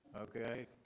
okay